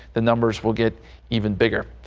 the numbers will get even bigger.